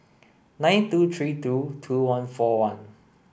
nine two three two two one four one